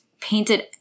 painted